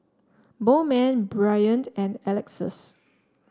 Bowman Bryant and Alexus